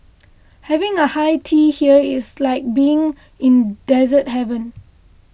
having high tea here is like being in dessert heaven